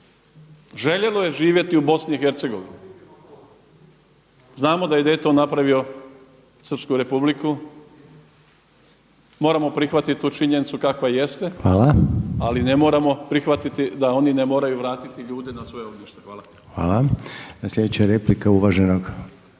željelo je živjeti u BiH-a. Znamo da je Dayton napravio Srpsku Republiku, moramo prihvatiti tu činjenicu kakva jeste ali ne moramo prihvatiti da oni ne moraju vratiti ljude na svoje ognjište. Hvala. **Reiner, Željko (HDZ)** Sljedeća replika je uvaženog.